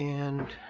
and,